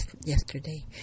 yesterday